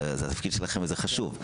זה התפקיד שלכם וזה חשוב.